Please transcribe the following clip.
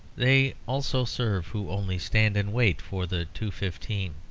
they also serve who only stand and wait for the two fifteen.